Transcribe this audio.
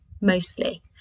mostly